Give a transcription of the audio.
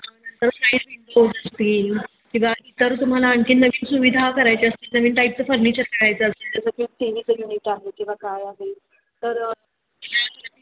नंतर side windows असतील किंवा इतर तुम्हाला आणखीन नवीन सुविधा करायच्या असतील नवीन टाईपचं फर्निचर करायचं असेल जसं टी वीचं युनिट आहे किंवा काय आहे तर